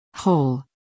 Whole